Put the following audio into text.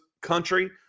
country